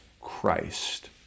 Christ